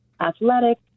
athletic